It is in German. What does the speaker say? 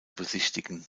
besichtigen